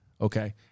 Okay